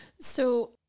So-